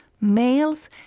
males